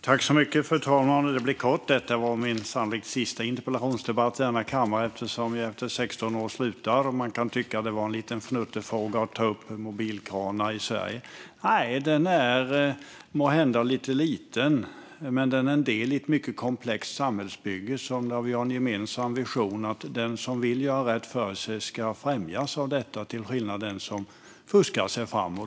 Fru talman! Detta blir kort. Det här var sannolikt min sista interpellationsdebatt i denna kammare eftersom jag nu slutar efter 16 år. Man kan tänka att mobilkranar i Sverige var en liten fnuttefråga att ta upp. Nej, den är måhända liten, men den är en del i ett mycket komplext samhällsbygge där vi har en gemensam vision att den som vill göra rätt för sig ska främjas av detta till skillnad från den som fuskar sig fram.